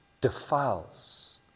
defiles